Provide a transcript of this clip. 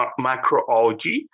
macroalgae